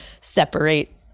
separate